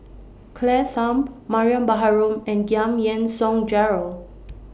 Claire Tham Mariam Baharom and Giam Yean Song Gerald